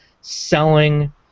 selling